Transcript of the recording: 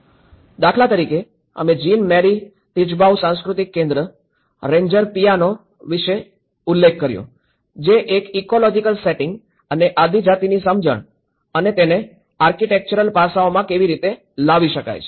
દાખલા તરીકે અમે જીન મેરી તિજબાઉ સાંસ્કૃતિક કેન્દ્ર રેન્જર પિયાનો વિશે ઉલ્લેખ કર્યો જે એક ઇકોલોજીકલ સેટિંગ અને આદિજાતિની સમજણ અને તેને આર્કિટેક્ચરલ પાસાઓમાં કેવી રીતે લાવી શકાય છે